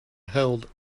held